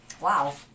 wow